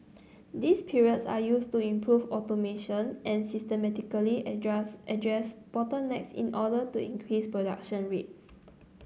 these periods are used to improve automation and systematically address address bottlenecks in order to increase production rates